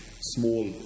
small